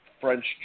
French